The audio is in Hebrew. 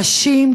נשים,